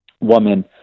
woman